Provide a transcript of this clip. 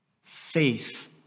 Faith